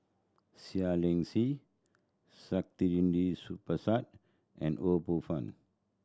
Seah Liang Seah Saktiandi Supaat and Ho Poh Fun